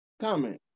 comment